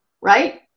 Right